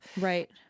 right